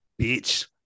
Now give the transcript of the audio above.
bitch